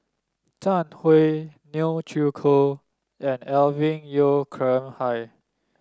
Zhang Hui Neo Chwee Kok and Alvin Yeo Khirn Hai